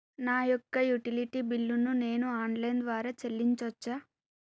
నా యొక్క utility bill ను నేను ఆన్ లైన్ ద్వారా చెల్లించొచ్చా?